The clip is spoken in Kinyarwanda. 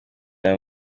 aya